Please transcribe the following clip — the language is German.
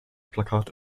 plakat